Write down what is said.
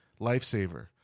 lifesaver